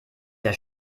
sehr